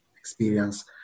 experience